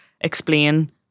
explain